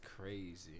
crazy